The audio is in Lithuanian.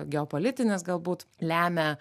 geopolitinis galbūt lemia